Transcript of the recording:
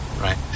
right